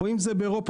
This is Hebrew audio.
ואם זה באירופה,